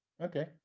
okay